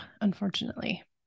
Unfortunately